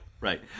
right